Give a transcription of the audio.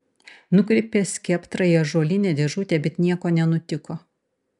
nukreipė skeptrą į ąžuolinę dėžutę bet nieko nenutiko